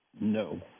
No